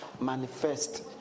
Manifest